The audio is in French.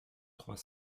trois